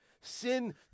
Sin